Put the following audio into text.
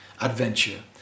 adventure